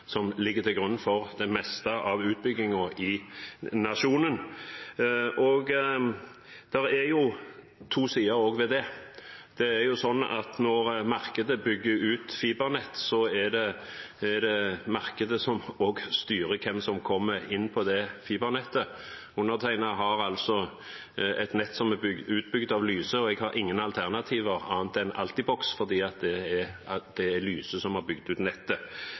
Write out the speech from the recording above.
Som det blir nevnt gjentatte ganger, er det en markedsbasert utbygging som ligger til grunn for det meste av utbyggingen i nasjonen. Det er to sider ved det. Når markedet bygger ut fibernett, er det også markedet som styrer hvem som kommer inn på det fibernettet. Undertegnede har et nett som er utbygd av Lyse. Jeg har ingen alternativer annet enn Altibox fordi det er Lyse som har bygd ut nettet.